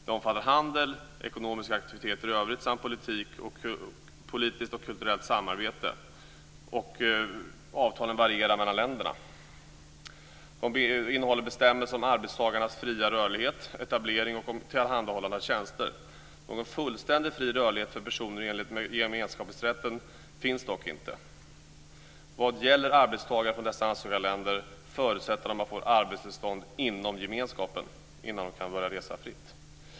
De omfattar handel, ekonomiska aktiviteter i övrigt samt politiskt och kulturellt samarbete. Avtalen varierar mellan länderna. De innehåller bestämmelser om arbetstagares fria rörlighet, etablering och tillhandahållande av tjänster. Någon fullständig fri rörlighet för personer i enlighet med gemenskapsrätten finns dock inte. Vad gäller arbetstagare från dessa ansökarländer förutsätts att de fått arbetstillstånd inom gemenskapen innan de kan börja resa fritt.